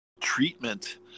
treatment